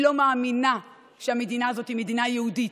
היא לא מאמינה שהמדינה הזאת היא מדינה יהודית,